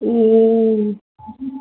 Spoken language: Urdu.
اونہ